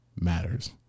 matters